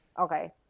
Okay